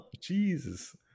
Jesus